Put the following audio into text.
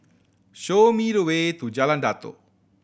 show me the way to Jalan Datoh